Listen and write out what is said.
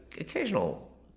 occasional